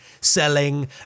selling